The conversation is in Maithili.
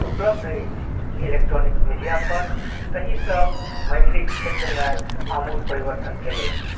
उपलब्ध अछि इलेक्ट्रॉनिक मीडिया पर तऽ ई सभ मैथिलीक क्षेत्रमे आमूल परिवर्तन भेल अछि